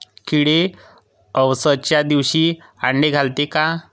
किडे अवसच्या दिवशी आंडे घालते का?